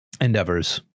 endeavors